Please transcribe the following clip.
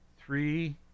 three